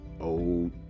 old